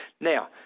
Now